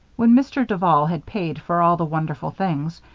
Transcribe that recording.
when mr. duval had paid for all the wonderful things,